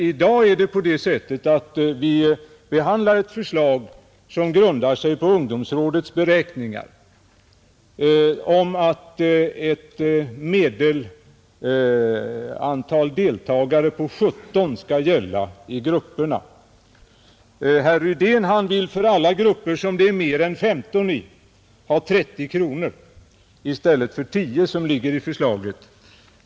I dag behandlar vi ett förslag som grundar sig på ungdomsrådets beräkningar om 17 deltagare i grupperna i medeltal. Herr Rydén vill att alla grupper med mer än 15 deltagare skall få ett bidrag på 30 kronor i stället för 10 kronor enligt förslaget.